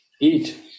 eat